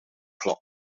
club